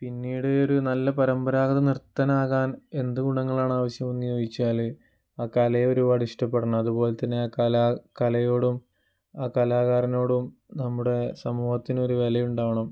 പിന്നീട് ഒരു നല്ല പരമ്പരാഗത നർത്തനാകാൻ എന്ത് ഗുണങ്ങളാണ് ആവശ്യമെന്ന് ചോദിച്ചാൽ ആ കലയെ ഒരുപാട് ഇഷ്ടപ്പെടണം അതുപോലെത്തന്നെ ആ കലയോടും ആ കലാകാരനോടും നമ്മുടെ സമൂഹത്തിന് ഒരു വില ഉണ്ടാവണം